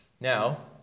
Now